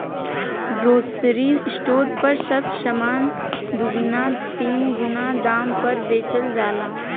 grocery store पर सब सामान दुगुना तीन गुना दाम पर बेचल जाला